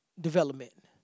development